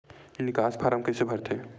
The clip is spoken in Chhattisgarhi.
निकास फारम कइसे भरथे?